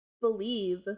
believe